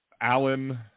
Allen